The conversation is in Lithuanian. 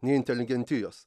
nei inteligentijos